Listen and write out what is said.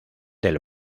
del